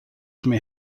may